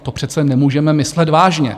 No to přece nemůžete myslet vážně?